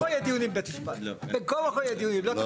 לא, בין כה וכה יהיו דיונים על הדבר הזה.